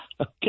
Okay